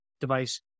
device